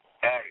Hey